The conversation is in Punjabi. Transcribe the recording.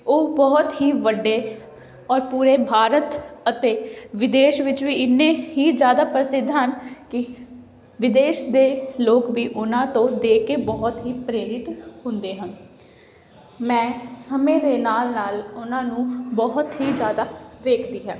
ਉਹ ਬਹੁਤ ਹੀ ਵੱਡੇ ਔਰ ਪੂਰੇ ਭਾਰਤ ਅਤੇ ਵਿਦੇਸ਼ ਵਿੱਚ ਵੀ ਇੰਨੇ ਹੀ ਜ਼ਿਆਦਾ ਪ੍ਰਸਿੱਧ ਹਨ ਕਿ ਵਿਦੇਸ਼ ਦੇ ਲੋਕ ਵੀ ਉਹਨਾਂ ਤੋਂ ਦੇ ਕੇ ਬਹੁਤ ਹੀ ਪ੍ਰੇਰਿਤ ਹੁੰਦੇ ਹਨ ਮੈਂ ਸਮੇਂ ਦੇ ਨਾਲ ਨਾਲ ਉਹਨਾਂ ਨੂੰ ਬਹੁਤ ਹੀ ਜ਼ਿਆਦਾ ਵੇਖਦੀ ਹਾਂ